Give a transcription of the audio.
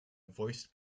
voiced